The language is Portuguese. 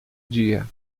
dia